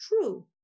true